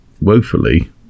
woefully